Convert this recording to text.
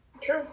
True